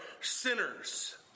sinners